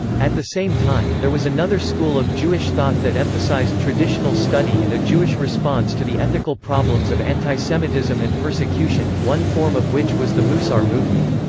at the same time, there was another school of jewish thought that emphasized traditional study and a jewish response to the ethical problems of antisemitism and persecution, one form of which was the musar movement.